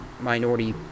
minority